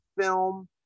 film